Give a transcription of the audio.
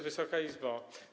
Wysoka Izbo!